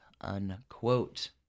unquote